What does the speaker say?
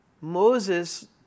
Moses